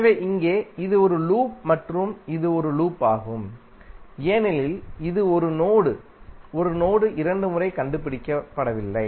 எனவே இங்கே இது ஒரு லூப் மற்றும் இது ஒரு லூப் ஆகும் ஏனெனில் இது 1 நோடு மணிக்கு 1 நோடு 2 முறை கண்டுபிடிக்கப்படவில்லை